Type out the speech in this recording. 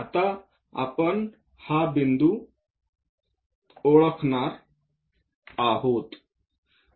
आता आपण हा बिंदू ओळखणार आहोत